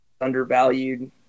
undervalued